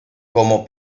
como